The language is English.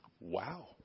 wow